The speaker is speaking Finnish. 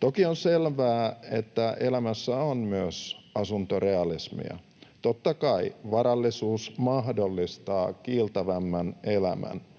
Toki on selvää, että elämässä on myös asuntorealismia. Totta kai varallisuus mahdollistaa kiiltävämmän elämän.